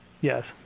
yes